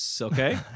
Okay